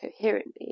coherently